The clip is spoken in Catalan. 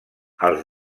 als